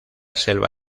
selva